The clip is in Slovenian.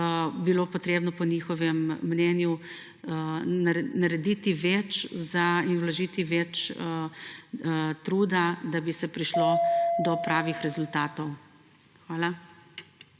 bilo treba po njihovem mnenju narediti več in vložiti več truda, da bi se prišlo do pravih rezultatov. Hvala.